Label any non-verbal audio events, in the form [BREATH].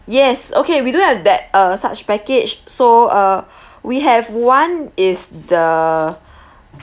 yes okay we don't have that uh such package so uh [BREATH] we have one is the